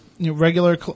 Regular